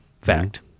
fact